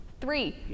three